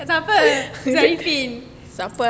untuk siapa zul ariffin